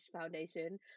foundation